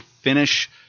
finish